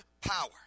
power